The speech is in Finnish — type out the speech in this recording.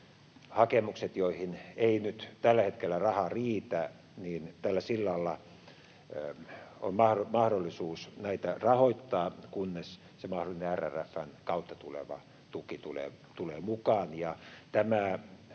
hakemukset, joihin ei tällä hetkellä riitä rahaa, on mahdollista rahoittaa tällä sillalla, kunnes se mahdollinen RRF:n kautta tuleva tuki tulee mukaan.